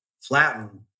flatten